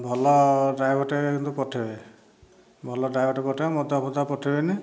ଭଲ ଡ୍ରାଇଭରଟେ କିନ୍ତୁ ପଠାଇବେ ଭଲ ଡ୍ରାଇଭରଟେ ପଠାଇବେ ମଦୁଆ ଫଦୁଆ ପଠାଇବେନି